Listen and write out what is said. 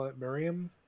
Miriam